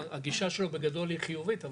הגישה שלו בגדול היא חיובית,